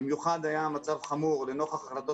במיוחד היה המצב חמור לנוכח החלטות